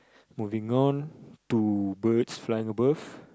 moving on to birds flying above